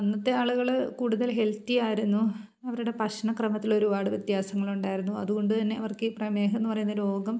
അന്നത്തെ ആളുകൾ കൂടുതൽ ഹെൽത്തിയായിരുന്നു അവരുടെ ഭക്ഷണ ക്രമത്തിൽ ഒരുപാട് വ്യത്യാസങ്ങളുണ്ടായിരുന്നു അതുകൊണ്ടു തന്നെ അവർക്ക് ഈ പ്രമേഹമെന്നു പറയുന്ന രോഗം